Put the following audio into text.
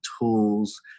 tools